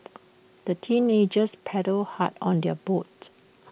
the teenagers paddled hard on their boat